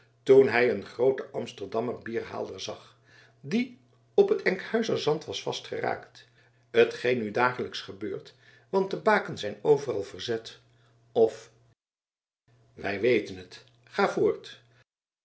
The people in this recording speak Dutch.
toen hij een grooten amsterdammer bierhaalder zag die op het enkhuizer zand was vastgeraakt t geen nu dagelijks gebeurt want de bakens zijn overal verzet of wij weten het ga voort